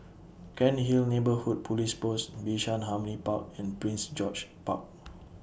Cairnhill Neighbourhood Police Post Bishan Harmony Park and Prince George's Park